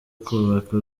kubaka